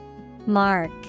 Mark